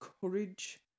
courage